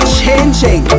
changing